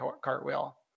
cartwheel